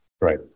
Right